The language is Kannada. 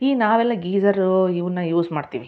ಈ ನಾವೆಲ್ಲ ಗೀಝರೂ ಇವನ್ನ ಯೂಸ್ ಮಾಡ್ತೀವಿ